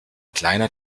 kleiner